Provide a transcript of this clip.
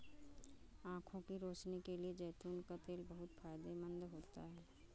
आंखों की रोशनी के लिए जैतून का तेल बहुत फायदेमंद होता है